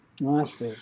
Nice